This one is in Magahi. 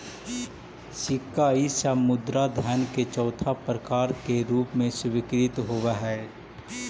सिक्का इ सब मुद्रा धन के चौथा प्रकार के रूप में स्वीकृत होवऽ हई